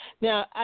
Now